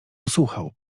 usłuchał